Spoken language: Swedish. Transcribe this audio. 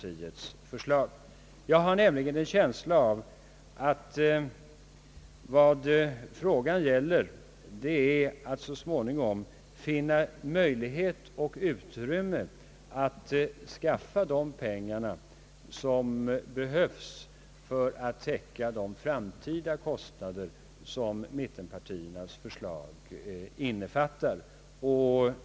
Jag har nämligen en känsla av att vad frågan gäller är att så småningom finna möjligheter och utrymme att skaffa de pengar, som behövs för att täcka de framtida kostnader som mittenpartiernas förslag innefattar.